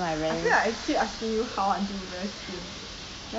I feel like I keep asking you how until you very sian